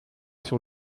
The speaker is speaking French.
sur